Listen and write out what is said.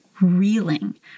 reeling